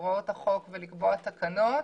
אז איפה זה עומד?